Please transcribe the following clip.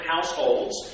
households